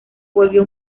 volvió